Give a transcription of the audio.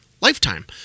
Lifetime